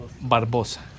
Barbosa